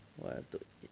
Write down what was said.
what other thing